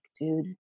dude